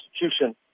constitution